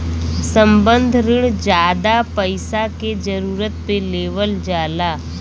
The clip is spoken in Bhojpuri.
संबंद्ध रिण जादा पइसा के जरूरत पे लेवल जाला